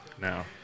now